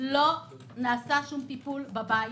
לא נעשה שום טיפול בבית.